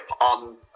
on